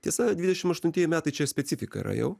tiesa dvidešim aštuntieji metai čia specifika yra jau